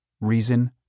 reason